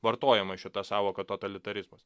vartojama šita sąvoka totalitarizmas